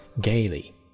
gaily